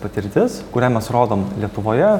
patirtis kurią mes rodom lietuvoje